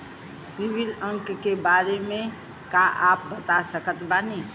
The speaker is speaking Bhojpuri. सिबिल अंक के बारे मे का आप बता सकत बानी?